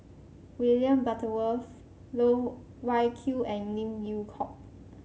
William Butterworth Loh Wai Kiew and Lim Yew Hock